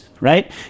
right